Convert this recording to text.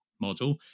model